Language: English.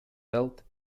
pelt